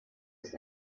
ist